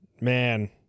man